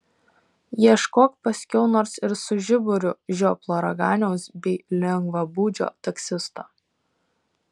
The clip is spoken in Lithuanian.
ieškok paskiau nors ir su žiburiu žioplo raganiaus bei lengvabūdžio taksisto